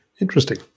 Interesting